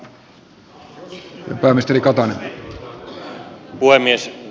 arvoisa puhemies